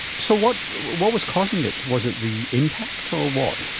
so what what was causing it? was it the impact or what?